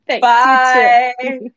bye